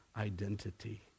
identity